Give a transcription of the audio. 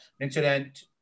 incident